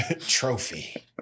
Trophy